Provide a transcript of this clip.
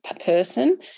person